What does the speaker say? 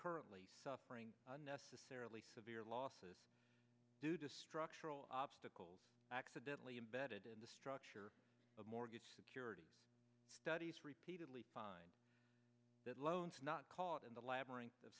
currently suffering unnecessarily severe losses due to structural obstacles accidentally embedded in the structure of mortgage securities studies repeatedly that loans not caught in the labyrinth of